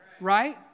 right